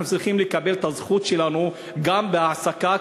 אנחנו צריכים לקבל את הזכות שלנו גם בהעסקה.